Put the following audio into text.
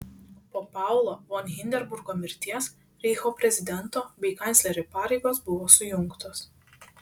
po paulo von hindenburgo mirties reicho prezidento bei kanclerio pareigos buvo sujungtos